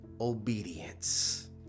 obedience